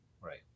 Right